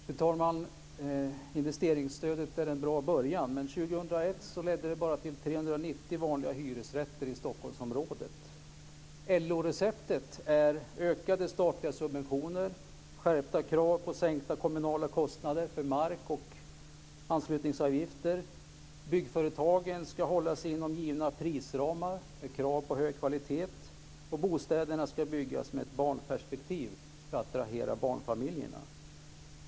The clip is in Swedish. Fru talman! Investeringsstödet är en bra början, men 2001 ledde det bara till 390 vanliga hyresrätter i Stockholmsområdet. LO-receptet är ökade statliga subventioner och skärpta krav på sänkta kommunala kostnader för mark och anslutningsavgifter. Vidare ska byggföretagen hålla sig inom givna prisramar med krav på hög kvalitet, och bostäderna ska byggas med ett barnperspektiv för att attrahera barnfamiljerna.